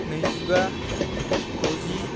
नैजिबा द'जि